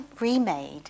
remade